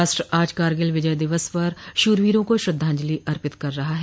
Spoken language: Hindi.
राष्ट्र आज करगिल विजय दिवस पर शूर वीरों को श्रद्वांजलि अर्पित कर रहा है